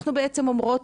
אנחנו בעצם שואלות,